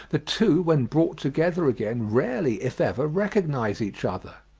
the two when brought together again, rarely, if ever, recognise each other.